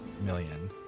million